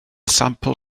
sampl